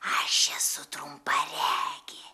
aš esu trumparegė